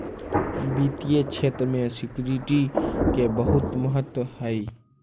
वित्तीय क्षेत्र में सिक्योरिटी के बहुत महत्व हई